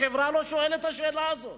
החברה לא שואלת את השאלה הזאת.